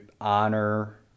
honor